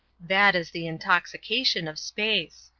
that is the intoxication of space.